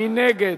מי נגד?